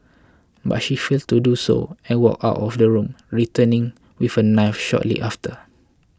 but she failed to do so and walked out of the room returning with a knife shortly after